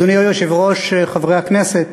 אדוני היושב-ראש, חברי הכנסת,